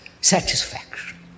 satisfaction